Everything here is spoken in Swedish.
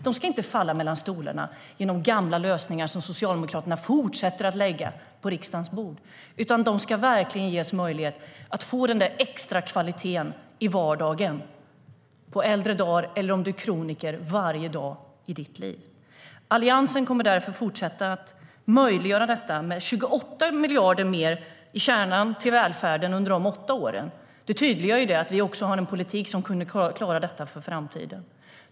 De ska inte falla mellan stolarna genom gamla lösningar som Socialdemokraterna fortsätter att lägga på riksdagens bord, utan de ska verkligen ges möjlighet att få den där extra kvaliteten i vardagen på äldre dagar eller, om du är kroniker, varje dag i ditt liv. Alliansen kommer att fortsätta att möjliggöra detta. Genom att lägga 28 miljarder mer i kärnan till välfärden under de senaste åtta åren har vi tydliggjort att vi har en politik som kan klara det för framtiden.